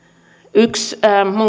yksi